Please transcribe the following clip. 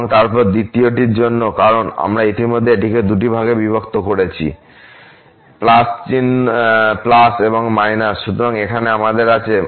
এবং তারপর দ্বিতীয়টির জন্য কারণ আমরা ইতোমধ্যেই এটিকে দুটি ভাগে বিভক্ত করেছি এবং সুতরাং এখানে আমাদের আছে